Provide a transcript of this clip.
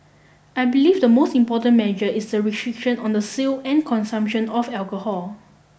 I believe the most important measure is the restriction on the sale and consumption of alcohol